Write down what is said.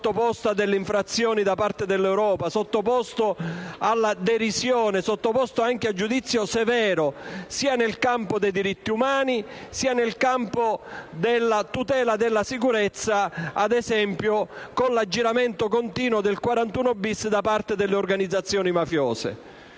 sottoposto a procedure di infrazione da parte dell'Europa, sottoposto alla derisione e ad un giudizio severo sia nel campo dei diritti umani che in quello della tutela della sicurezza, ad esempio con l'aggiramento continuo del 41-*bis* da parte delle organizzazioni mafiose.